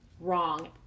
wrong